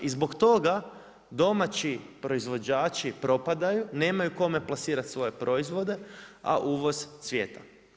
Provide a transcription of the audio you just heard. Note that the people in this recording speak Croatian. I zbog toga domaći proizvođači propadaju, nemaju kome plasirati svoje proizvode a uvoz cvjeta.